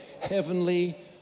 heavenly